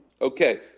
Okay